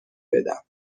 بدم